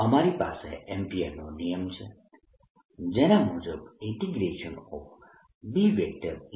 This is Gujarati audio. અમારી પાસે એમ્પીયરનો નિયમ છે જેના મુજબ B